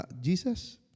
Jesus